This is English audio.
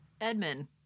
Edmund